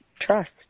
trust